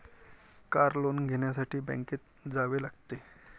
car loan घेण्यासाठी बँकेत जावे लागते